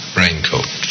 raincoat